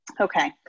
Okay